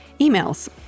emails